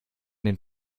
den